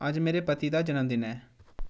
अज्ज मेरे पति दा जनम दिन ऐ